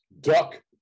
duck